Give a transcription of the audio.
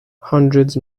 hundreds